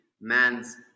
man's